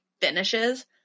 finishes